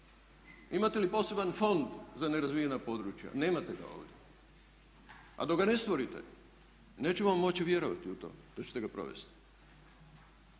Imate li poseban fond za nerazvijena područja? Nemate ga ovdje, a dok ga ne stvorite nećemo moći vjerovati u to da ćete ga provesti.